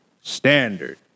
standard